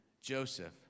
Joseph